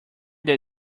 that